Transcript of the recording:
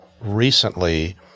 recently